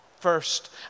first